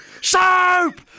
Soap